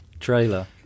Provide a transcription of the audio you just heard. trailer